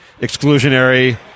exclusionary